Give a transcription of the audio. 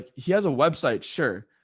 like, he has a website. sure.